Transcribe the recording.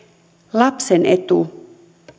lapsen etu